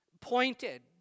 pointed